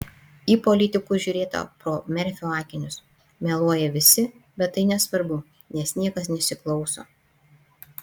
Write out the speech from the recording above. į politikus žiūrėta pro merfio akinius meluoja visi bet tai nesvarbu nes niekas nesiklauso